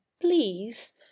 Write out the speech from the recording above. please